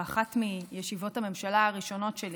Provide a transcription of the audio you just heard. באחת מישיבות הממשלה הראשונות שלי,